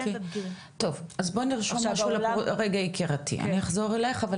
אוקיי, אז יקירתי אנחנו עוד נחזור אלייך.